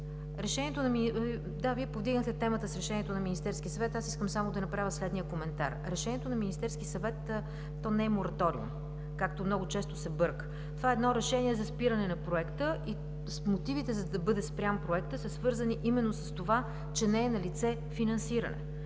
Вие повдигнахте темата с решението на Министерския съвет. Аз искам само да направя коментар. Решението на Министерския съвет не е мораториум, както много често се бърка. Това е решение за спиране на Проекта. Мотивите, за да бъде спрян Проектът, са свързани с това, че не е налице финансиране.